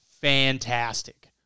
Fantastic